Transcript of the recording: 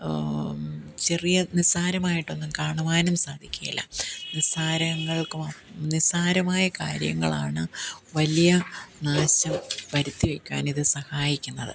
ചെറിയ നിസ്സാരമായിട്ടൊന്നും കാണുവാനും സാധിക്കില്ല നിസ്സാരങ്ങൾക്ക് നിസ്സാരമായ കാര്യങ്ങളാണ് വലിയ നാശം വരുത്തി വയ്ക്കുവാനിത് സഹായിക്കുന്നത്